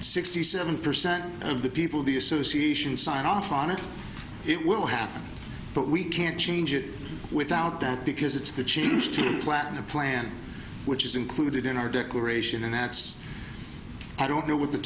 fact sixty seven percent of the people of the association signed off on it it will happen but we can't change it without that because it's the change to plan a plan which is included in our declaration and that's i don't know what the